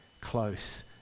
close